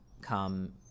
come